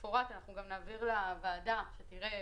שמפורט אנחנו נעביר אותו לוועדה כדי שתראה